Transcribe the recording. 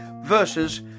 versus